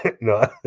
No